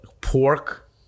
pork